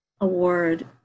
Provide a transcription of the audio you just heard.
award